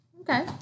Okay